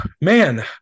man